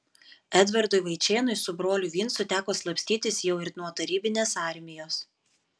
edvardui vaičėnui su broliu vincu teko slapstytis jau ir nuo tarybinės armijos